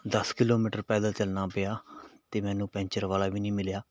ਦਸ ਕਿਲੋਮੀਟਰ ਪੈਦਲ ਚੱਲਣਾ ਪਿਆ ਅਤੇ ਮੈਨੂੰ ਪੈਂਚਰ ਵਾਲਾ ਵੀ ਨਹੀਂ ਮਿਲਿਆ